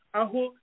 aho